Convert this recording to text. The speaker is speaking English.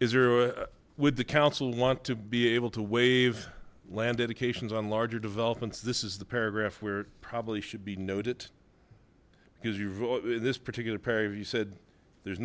is your would the council want to be able to waive landed occasions on larger developments this is the paragraph where probably should be noted because you this particular pair of you said there's